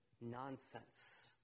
nonsense